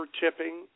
tipping